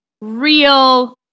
real